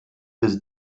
des